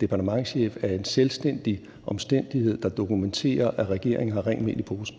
departementschef, er en selvstændig omstændighed, der dokumenterer, at regeringen har rent mel i posen.